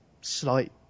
slight